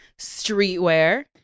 streetwear